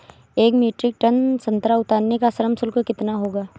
एक metric ton संतरा उतारने का श्रम शुल्क कितना होगा?